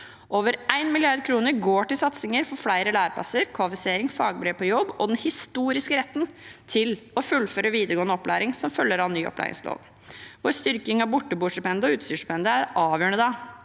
Over 1 mrd. kr går til satsinger for flere læreplasser, kvalifisering, fagbrev på jobb og den historiske retten til å fullføre videregående opplæring som følger av ny opplæringslov. Vår styrking av borteboerstipendet og utstyrsstipendet er avgjørende.